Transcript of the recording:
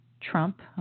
Trump